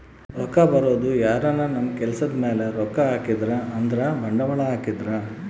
ರೊಕ್ಕ ಬರೋದು ಯಾರನ ನಮ್ ಕೆಲ್ಸದ್ ಮೇಲೆ ರೊಕ್ಕ ಹಾಕಿದ್ರೆ ಅಂದ್ರ ಬಂಡವಾಳ ಹಾಕಿದ್ರ